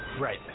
Right